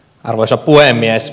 arvoisa puhemies